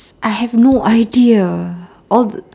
I have no idea all the